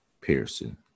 Pearson